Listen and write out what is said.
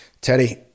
teddy